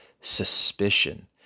suspicion